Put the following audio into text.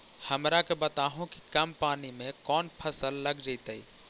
हमरा के बताहु कि कम पानी में कौन फसल लग जैतइ?